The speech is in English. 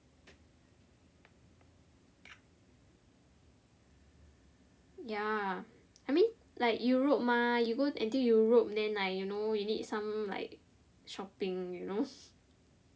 ya I mean like Europe mah you go until Europe then like you know you need some like shopping you know